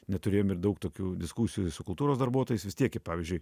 neturėjom ir daug tokių diskusijų su kultūros darbuotojais vis tiek pavyzdžiui